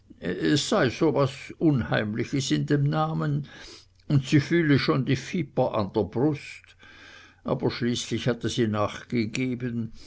es sei so was unheimliches in dem namen und sie fühle schon die viper an der brust aber schließlich hatte sie nachgegeben